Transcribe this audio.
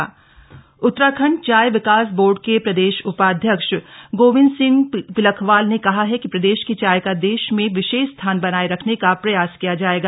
उत्तराखंड चाय विकास बोर्ड उतराखंड चाय विकास बोर्ड के प्रदेश उपाध्यक्ष गोविंद सिंह पिलख्वाल ने कहा है कि प्रदेश की चाय का देश में विशेष स्थान बनाये रखने का प्रयास किया जाएगा